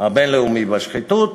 הבין-לאומי בשחיתות